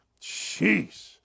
Jeez